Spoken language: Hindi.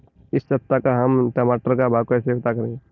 इस सप्ताह का हम टमाटर का भाव कैसे पता करें?